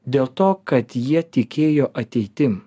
dėl to kad jie tikėjo ateitim